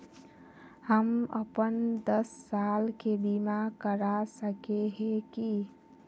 हम अपन दस साल के बीमा करा सके है की?